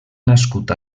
nascut